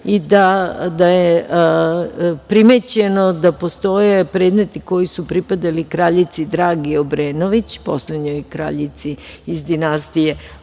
i da je primećeno da postoje predmeti koji su pripadali kraljici Dragi Obrenović, poslednjoj kraljici iz dinastije